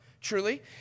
truly